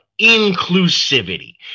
inclusivity